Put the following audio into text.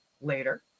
later